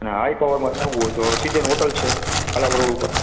અને હાઈ પાવરમાં જાવું હોય તો સીઝન હોટલ છે કાલાવડ રોડ ઉપર